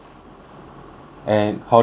and hotel also right